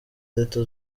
leta